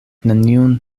neniun